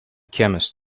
chemist